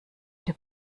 der